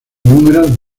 número